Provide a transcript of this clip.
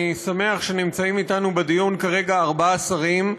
אני שמח שנמצאים אתנו בדיון כרגע ארבעה שרים,